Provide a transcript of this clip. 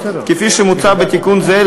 שכפי שמוצע בתיקון זה,